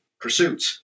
pursuits